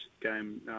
game